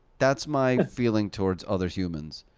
that's my feeling towards other humans.